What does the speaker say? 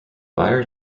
bayer